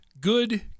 good